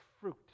fruit